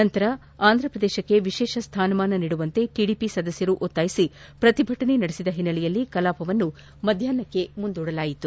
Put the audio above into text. ನಂತರ ಆಂಥ ಪ್ರದೇಶಕ್ಷೆ ವಿಶೇಷ ಸ್ವಾನಮಾನ ನೀಡುವಂತೆ ಟಡಿಪಿ ಸದಸ್ದರು ಒತ್ತಾಯಿಸಿ ಪ್ರತಿಭಟನೆ ನಡೆಸಿದ ಹಿನ್ನೆಲೆಯಲ್ಲಿ ಕಲಾಪವನ್ನು ಮಧ್ದಾಪ್ನಕ್ಕೆ ಮುಂದೂಡಲಾಯಿತು